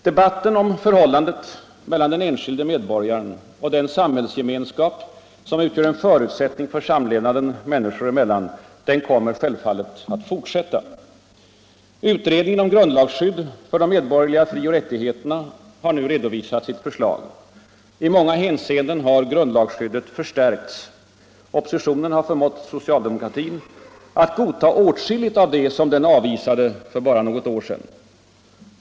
Debatten om förhållandet mellan den enskilde medborgaren och den samhällsgemenskap som utgör en förutsättning för samlevnaden människor emellan kommer självfallet att fortsätta. Utredningen om grundlagsskyddet för de medborgerliga frioch rättigheterna har nu redovisat sitt förslag. I många hänseenden har grundlagsskyddet förstärkts. Oppositionen har förmått socialdemokratin att godta åtskilligt som den avvisade för bara något år sedan.